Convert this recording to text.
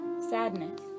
sadness